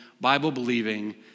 Bible-believing